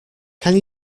can